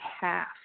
half